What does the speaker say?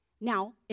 Now